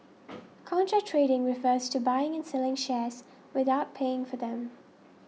contra trading refers to buying and selling shares without paying for them